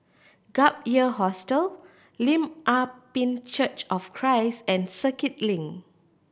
Gap Year Hostel Lim Ah Pin Church of Christ and Circuit Link